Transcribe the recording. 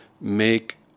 make